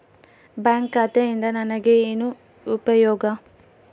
Bank ಖಾತೆಯಿಂದ ನನಗೆ ಏನು ಉಪಯೋಗ?